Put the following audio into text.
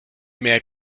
mehr